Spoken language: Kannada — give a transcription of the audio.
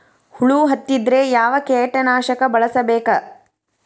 ಹುಳು ಹತ್ತಿದ್ರೆ ಯಾವ ಕೇಟನಾಶಕ ಬಳಸಬೇಕ?